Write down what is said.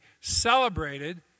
celebrated